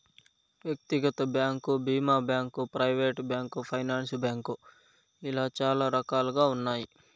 వ్యక్తిగత బ్యాంకు భీమా bank, private bank, finance bank ఇలా చాలా రకాలుగా ఉన్నాయి